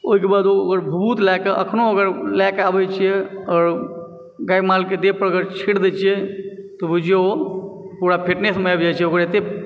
ओहिके बाद ओकर भभूत लयके अखनो अगर लयके आबय छियै आओर गाय मालके देह पर अगर छींट दय छियै त बुझिओ ओ पूरा फिटनेस आबय छै ओकर एतय